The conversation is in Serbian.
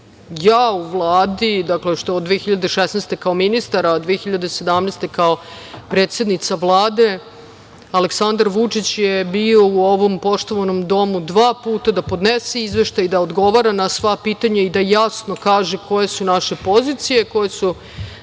ja u Vladi, od 2016. kao ministar, a od 2017. godine kao predsednica Vlade, Aleksandar Vučić je bio u ovom poštovanom domu dva puta da podnese izveštaj, da odgovara na sva pitanja i da jasno kaže koje su naše pozicije, koje su